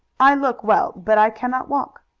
i look well, but i cannot walk.